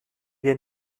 wir